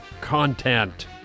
content